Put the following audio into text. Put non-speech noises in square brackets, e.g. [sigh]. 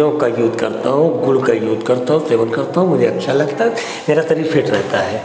जौ का यूज़ करता हूँ गुड़ का यूज़ करता हूँ [unintelligible] करता हूँ मुझे अच्छा लगता है मेरा शरीर फिट रहता है